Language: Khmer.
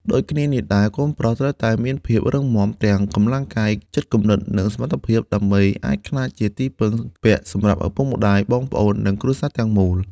ដូចគ្នានេះដែរ កូនប្រុសត្រូវតែមានភាពរឹងមាំទាំងកម្លាំងកាយ ចិត្តគំនិត និងសមត្ថភាព ដើម្បីអាចក្លាយជាទីពឹងពាក់សម្រាប់ឪពុកម្ដាយ បងប្អូន និងគ្រួសារទាំងមូល។